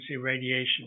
radiation